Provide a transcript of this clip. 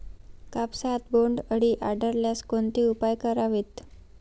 कापसात बोंडअळी आढळल्यास कोणते उपाय करावेत?